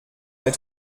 mets